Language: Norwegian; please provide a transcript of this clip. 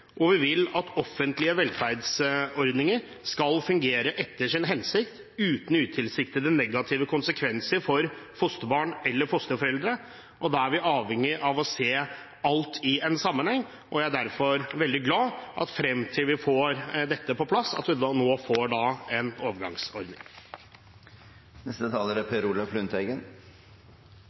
og vi vil at offentlige velferdsordninger skal fungere etter sin hensikt uten utilsiktede, negative konsekvenser for fosterbarn eller fosterforeldre. Da er vi avhengig av å se alt i en sammenheng, og jeg er derfor veldig glad for at frem til vi får dette på plass,